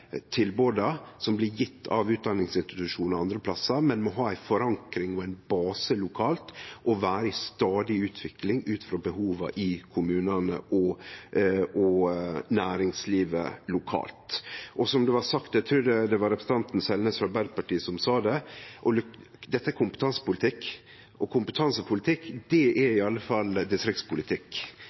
som blir gjevne av utdanningsinstitusjonar andre plassar, men må ha ei forankring og ein base lokalt og vere i stadig utvikling ut frå behova i kommunane og næringslivet lokalt. Som det blei sagt – eg trur det var representanten Selnes frå Arbeidarpartiet som sa det – dette er kompetansepolitikk. Og kompetansepolitikk er iallfall distriktspolitikk – det trur eg vi alle